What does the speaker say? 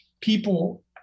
people